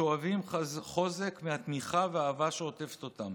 שואבים חוזק מהתמיכה והאהבה שעוטפות אותם.